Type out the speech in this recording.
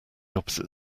opposite